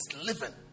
living